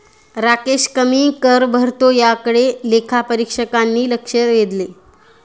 राकेश कमी कर भरतो याकडे लेखापरीक्षकांनी लक्ष वेधले